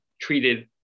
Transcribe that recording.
treated